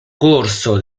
corso